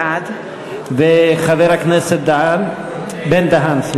בעד חבר הכנסת בן-דהן?